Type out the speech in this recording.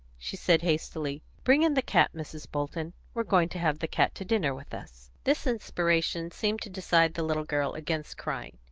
she said hastily, bring in the cat, mrs. bolton we're going to have the cat to dinner with us. this inspiration seemed to decide the little girl against crying.